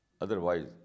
Otherwise